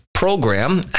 program